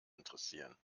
interessieren